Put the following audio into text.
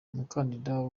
umukandida